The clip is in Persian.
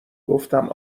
گفتم